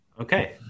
okay